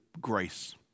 grace